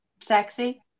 sexy